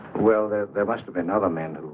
well there there must be another man.